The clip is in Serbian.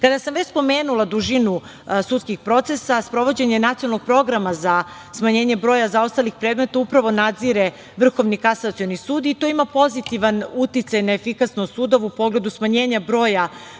sam već spomenula dužinu sudskih procesa, sprovođenje Nacionalnog programa za smanjenje broja zaostalih predmeta upravo nadzire Vrhovni kasacioni sud i to ima pozitivan uticaj na efikasnost sudova u pogledu smanjenja broja